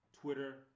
Twitter